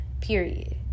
period